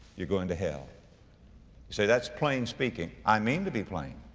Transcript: you're going to hell. you say, that's plain speaking. i mean to be plain.